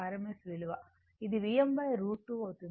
ఇది Vm√ 2 అవుతుంది